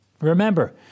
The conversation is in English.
Remember